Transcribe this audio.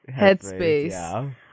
headspace